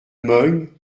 meung